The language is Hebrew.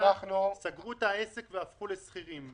סגרו את העסק והפכו לשכירים.